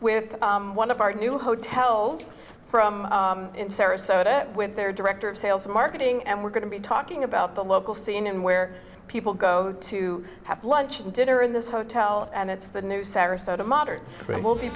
with one of our new hotels from sarasota with their director of sales marketing and we're going to be talking about the local scene and where people go to have lunch and dinner in this hotel and it's the new sarasota modern we'll be